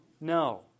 No